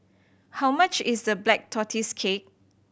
how much is the Black Tortoise Cake